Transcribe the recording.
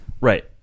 Right